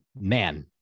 man